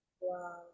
Wow